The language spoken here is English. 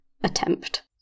attempt